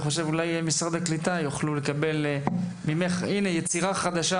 אולי משרד הקליטה יוכל לקבל ממך יצירה חדשה,